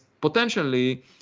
potentially